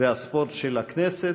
והספורט של הכנסת.